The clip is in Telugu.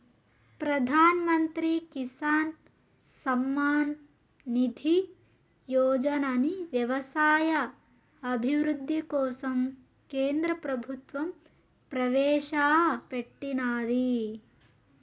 ప్రధాన్ మంత్రి కిసాన్ సమ్మాన్ నిధి యోజనని వ్యవసాయ అభివృద్ధి కోసం కేంద్ర ప్రభుత్వం ప్రవేశాపెట్టినాది